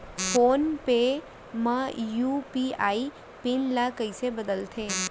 Phone पे म UPI PIN ल कइसे बदलथे?